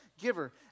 giver